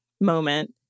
moment